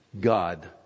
God